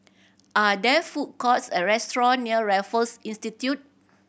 are there food courts or restaurant near Raffles Institute